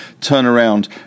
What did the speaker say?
turnaround